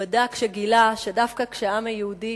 התבדה כשגילה שדווקא כשהעם היהודי